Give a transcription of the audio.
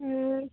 ꯎꯝ